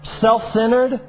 self-centered